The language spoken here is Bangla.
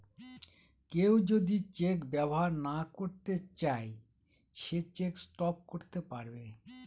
কেউ যদি চেক ব্যবহার না করতে চাই সে চেক স্টপ করতে পারবে